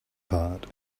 part